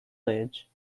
village